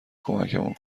کمکمون